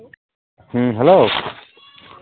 hello